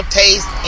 taste